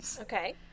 Okay